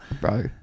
Bro